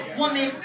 woman